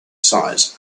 size